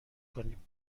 کنیم